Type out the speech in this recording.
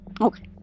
Okay